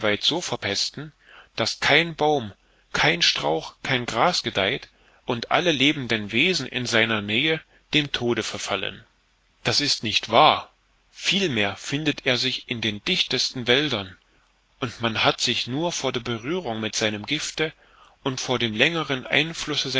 so verpesten daß kein baum kein strauch kein gras gedeiht und alle lebenden wesen in seiner nähe dem tode verfallen das ist nicht wahr vielmehr findet er sich in den dichtesten wäldern und man hat sich nur vor der berührung mit seinem gifte und vor dem längeren einflusse